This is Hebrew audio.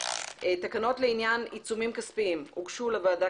תקנות לעניין עיצומים כספיים הוגשו לוועדה,